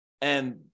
And-